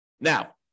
Now